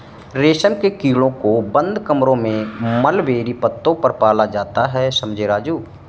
रेशम के कीड़ों को बंद कमरों में मलबेरी पत्तों पर पाला जाता है समझे राजू